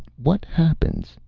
what happens?